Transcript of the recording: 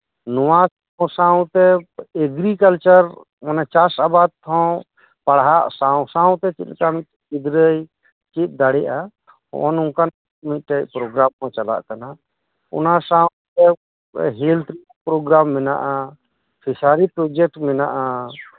ᱱᱚᱣᱟ ᱠᱩ ᱥᱟᱶᱛᱮ ᱮᱜᱨᱤᱠᱟᱞᱪᱟᱨ ᱢᱟᱱᱮ ᱪᱟᱥ ᱟᱵᱟᱫ ᱦᱚᱸ ᱯᱟᱲᱦᱟᱜ ᱥᱟᱶ ᱥᱟᱶᱛᱮ ᱪᱮᱫᱞᱮᱠᱟ ᱜᱤᱫᱽᱨᱟᱹᱭ ᱪᱮᱫ ᱫᱟᱲᱮᱭᱟᱜᱼᱟ ᱱᱚᱝᱠᱟᱱ ᱢᱤᱫᱴᱮᱡ ᱯᱨᱚᱜᱨᱟᱢ ᱠᱩ ᱪᱟᱞᱟᱜ ᱠᱟᱱᱟ ᱚᱱᱟ ᱥᱟᱶᱛᱮ ᱦᱮᱞᱛ ᱯᱨᱚᱜᱨᱟᱢ ᱢᱮᱱᱟᱜᱼᱟ ᱯᱷᱤᱥᱟᱨᱤ ᱯᱨᱚᱡᱮᱠᱴ ᱢᱮᱱᱟᱜᱼᱟ